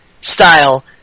style